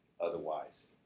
otherwise